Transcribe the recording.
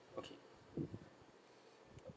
okay